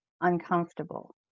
uncomfortable